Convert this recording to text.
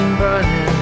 burning